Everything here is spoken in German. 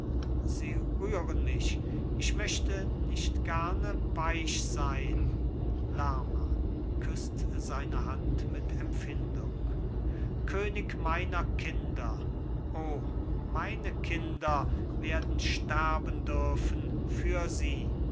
sie rühren mich ich möchte nicht gerne weich sein lerma küßt seine hand mit empfindung könig meiner kinder o meine kinder werden sterben dürfen für sie